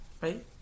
right